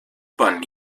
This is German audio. bahn